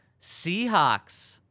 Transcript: seahawks